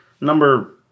number